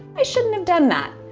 i shouldn't have done that.